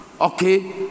okay